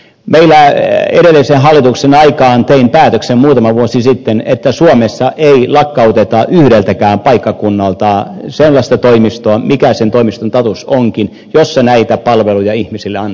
meillä edellisen hallituksen aikaan tein päätöksen muutama vuosi sitten että suomessa ei lakkauteta yhdeltäkään paikkakunnalta sellaista toimistoa mikä sen toimiston status onkin jossa näitä palveluja ihmisille annettiin